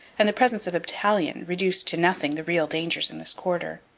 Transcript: and the presence of a battalion reduced to nothing the real dangers in this quarter.